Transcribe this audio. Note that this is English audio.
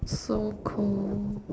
so cold